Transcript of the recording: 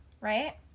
right